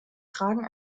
tragen